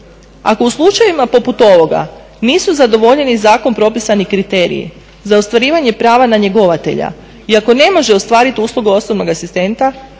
Ako u slučajevima poput ovoga nisu zadovoljeni zakonom propisani kriteriji za ostvarivanje prava na njegovatelja i ako ne može ostvariti uslugu osobnog asistenta,